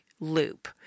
loop